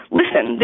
listen